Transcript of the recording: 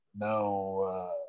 no